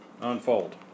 unfold